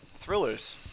Thrillers